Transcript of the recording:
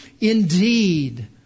Indeed